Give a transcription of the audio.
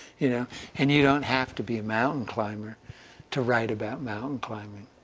yeah and you don't have to be a mountain climber to write about mountain climbing.